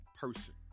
person